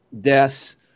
deaths